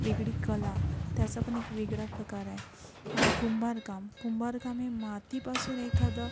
वेगळी कला त्याचा पण एक वेगळा फ्रकार आहे आणि कुंभारकाम कुंभारकाम हे मातीपासून एखादा